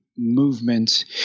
movement